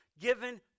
given